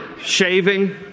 shaving